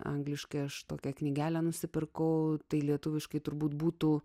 angliškai aš tokia knygelę nusipirkau tai lietuviškai turbūt būtų